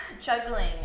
juggling